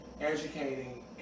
educating